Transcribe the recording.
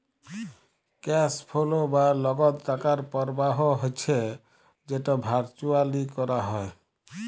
cash flow বা লগদ টাকার পরবাহ হচ্যে যেট ভারচুয়ালি ক্যরা হ্যয়